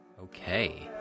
Okay